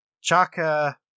Chaka